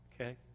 okay